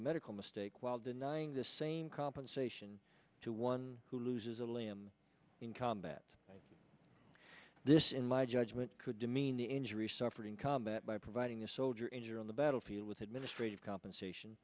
a medical mistake while denying the same compensation to one who loses a limb in combat this in my judgment could demean the injury suffered in combat by providing a soldier injured on the battlefield with administrative compensation